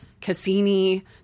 Cassini